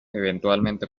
eventualmente